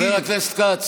חבר הכנסת כץ,